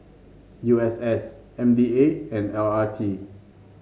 U S S M D A and L R T